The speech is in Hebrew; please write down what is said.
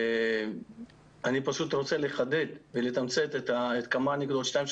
אני פשוט רוצה לחדד ולתמצת את שתיים,